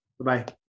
Bye-bye